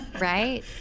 Right